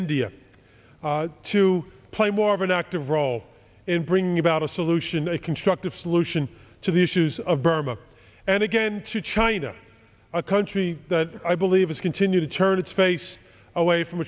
india to play more of an active role in bringing about a solution a constructive solution to the issues of burma and again to china a country that i believe is continue to turn its face away from